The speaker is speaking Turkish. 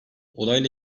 olayla